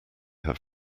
have